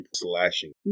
slashing